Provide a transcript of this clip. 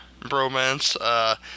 bromance